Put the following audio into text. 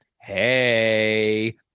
hey